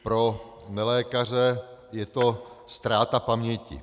Pro nelékaře: je to ztráta paměti.